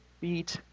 beat